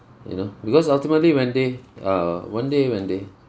you know because ultimately when they err one day when they